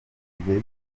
igihe